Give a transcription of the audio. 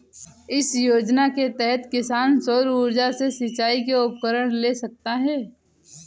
किस योजना के तहत किसान सौर ऊर्जा से सिंचाई के उपकरण ले सकता है?